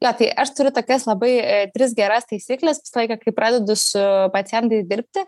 jo tai aš turiu tokias labai tris geras taisykles visą laiką kai pradedu su pacientai dirbti